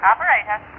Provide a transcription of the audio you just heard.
Operator